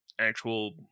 actual